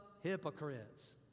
hypocrites